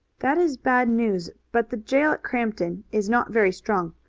that is bad news, but the jail at crampton is not very strong.